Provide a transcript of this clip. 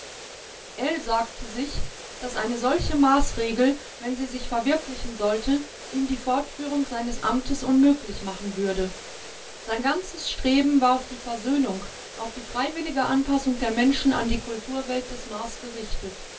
ell sagte sich daß eine solche maßregel wenn sie sich verwirklichen sollte ihm die fortführung seines amtes unmöglich machen würde sein ganzes streben war auf die versöhnung auf die freiwillige anpassung der menschen an die kulturwelt des mars gerichtet